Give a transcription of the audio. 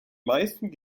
meisten